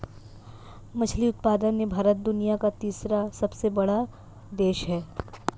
मछली उत्पादन में भारत दुनिया का तीसरा सबसे बड़ा देश है